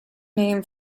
name